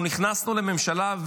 אנחנו נכנסנו לממשלה,